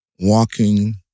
Walking